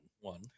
One